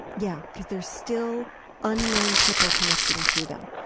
yeah. because there are still unknown people connecting to them.